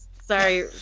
Sorry